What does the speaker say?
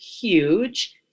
huge